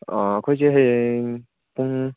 ꯑꯩꯈꯣꯏꯁꯦ ꯍꯌꯦꯡ ꯄꯨꯡ